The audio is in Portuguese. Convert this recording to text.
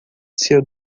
seu